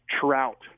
Trout